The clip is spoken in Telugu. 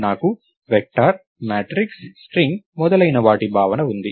నాకు వెక్టార్ మ్యాట్రిక్స్ స్ట్రింగ్ మొదలైన వాటి భావన ఉంది